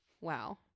Wow